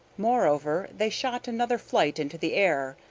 moreover, they shot another flight into the air,